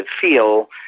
feel